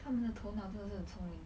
他们的头脑真的是很聪明